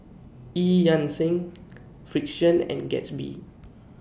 EU Yan Sang Frixion and Gatsby